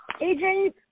AJ